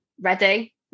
ready